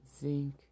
zinc